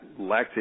lactate